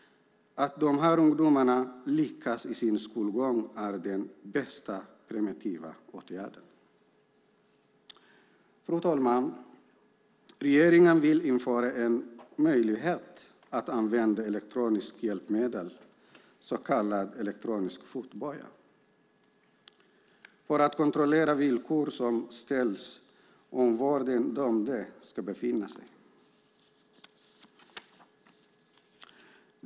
Att de här ungdomarna lyckas i sin skolgång är den bästa preventiva åtgärden. Fru talman! Regeringen vill införa en möjlighet att använda elektroniska hjälpmedel, så kallad elektronisk fotboja, för att kontrollera villkor som ställs om var den dömde ska befinna sig.